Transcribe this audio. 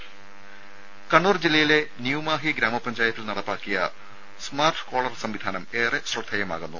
രെര കണ്ണൂർ ജില്ലയിലെ ന്യൂമാഹി ഗ്രാമ പഞ്ചായത്തിൽ നടപ്പാക്കിയ സ്മാർട്ട് കോളർ സംവിധാനം ഏറെ ശ്രദ്ധേയമാവുന്നു